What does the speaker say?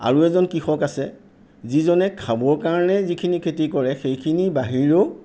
আৰু এজন কৃষক আছে যিজনে খাবৰ কাৰণে যিখিনি খেতি কৰে সেইখিনিৰ বাহিৰেও